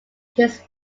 his